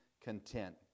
content